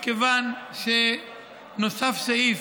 מכיוון שנוסף סעיף